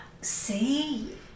See